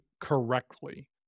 correctly